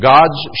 God's